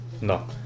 No